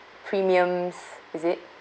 premiums is it